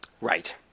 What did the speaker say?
Right